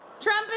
Trump